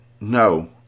No